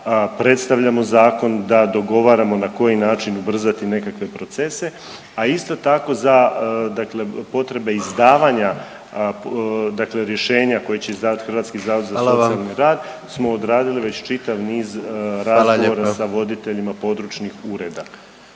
predstavljamo zakon, da dogovaramo na koji način ubrzati nekakve procese, a isto tako za dakle potrebe izdavanja dakle rješenja koje će izdavati Hrvatski zavod za socijalni rad …/Upadica: Hvala vam./… smo odradili već